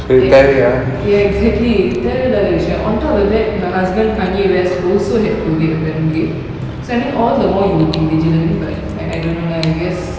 ye~ ya exactly தேவை இல்லாத விஷயம்:thevai illatha vishayam on top of that her husband kanye west also had COVID apparently so I mean all the more you would be vigilant but I I don't know lah I guess